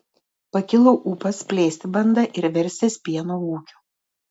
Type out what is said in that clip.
pakilo ūpas plėsti bandą ir verstis pieno ūkiu